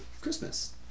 Christmas